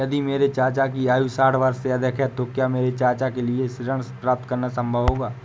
यदि मेरे चाचा की आयु साठ वर्ष से अधिक है तो क्या मेरे चाचा के लिए ऋण प्राप्त करना संभव होगा?